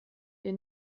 ihr